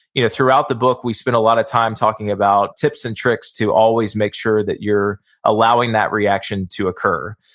you know throughout the book, we spend a lot of time talking about tips and tricks to always make sure that you're allowing that reaction to occur.